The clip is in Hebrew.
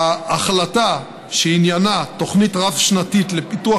ההחלטה שעניינה תוכנית רב-שנתית לפיתוח